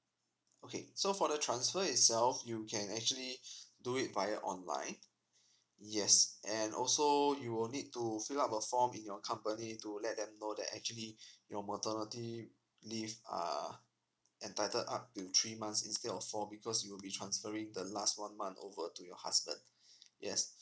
okay so for the transfer itself you can actually do it via online yes and also you will need to fill up a form in your company to let them know that actually your maternity leave are entitled up to three months instead of four because you'll be transferring the last one one month over to your husband yes